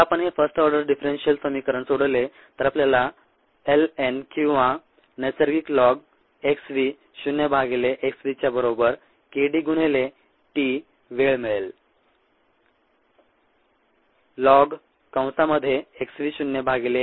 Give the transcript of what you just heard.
जर आपण हे फर्स्ट ऑर्डर डिफरेंशियल समीकरण सोडवले तर आपल्याला ln किंवा नैसर्गिक लॉग x v शून्य भागिले x v च्या बरोबर k d गुणिले t वेळ मिळेल